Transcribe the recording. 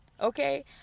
okay